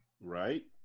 Right